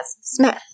Smith